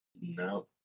No